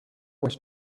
was